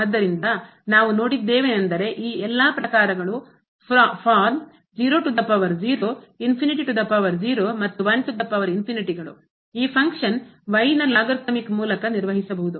ಆದ್ದರಿಂದ ನಾವು ನೋಡಿದ್ದೇವೇನೆಂದರೆ ಈ ಎಲ್ಲಾ ಪ್ರಕಾರಗಳು ಮತ್ತು ಈ ಫಂಕ್ಷನ್ y ನ ಲಾಗರ್ತಮಿಕ್ ಮೂಲಕ ನಿರ್ವಹಿಸಬಹುದು